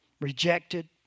rejected